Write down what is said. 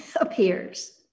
appears